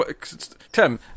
Tim